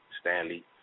Stanley